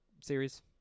series